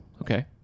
okay